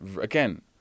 again